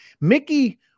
Mickey